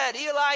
Eli